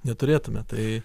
neturėtume tai